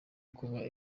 kuba